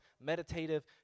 meditative